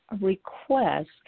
request